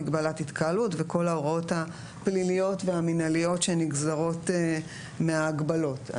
מגבלת התקהלות וכל ההוראות הפליליות והמנהליות שנגזרות מההגבלות.